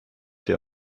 der